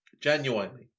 Genuinely